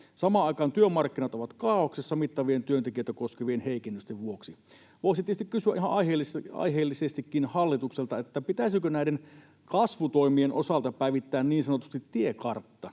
Samaan aikaan työmarkkinat ovat kaaoksessa mittavien, työntekijöitä koskevien heikennysten vuoksi. Voisi tietysti kysyä ihan aiheellisestikin hallitukselta: Pitäisikö näiden kasvutoimien osalta päivittää niin sanotusti tiekartta?